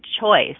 choice